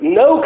no